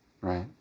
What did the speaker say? right